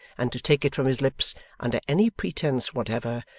and to take it from his lips under any pretence whatever,